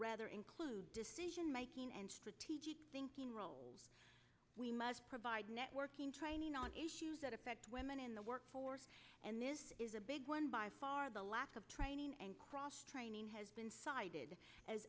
rather include decision making and strategic thinking roles we must provide networking training on issues that affect women in the workforce and this is a big one by far the lack of training and cross training has been cited as